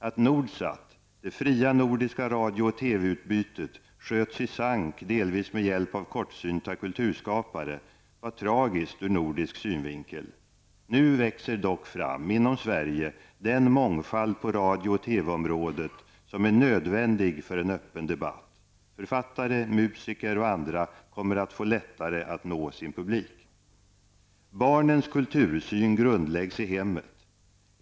Att Nordsat -- det fria nordiska radio och TV-utbytet -- sköts i sank, delvis med hjälp av kortsynta kulturskapare, var tragiskt ur nordisk synvinkel. Nu växer dock fram -- inom Sverige -- den mångfald på radio och TV-området som är nödvändig för en öppen debatt. Författare, musiker och andra kommer att få lättare att nå sin publik. Barnens kultursyn grundläggs i hemmet.